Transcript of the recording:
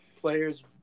players